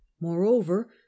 moreover